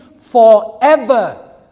forever